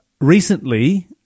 Recently